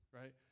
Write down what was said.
right